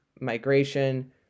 migration